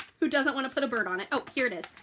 who doesn't want to put a bird on it? oh here it is.